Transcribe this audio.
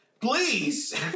Please